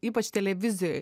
ypač televizijoj